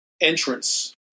entrance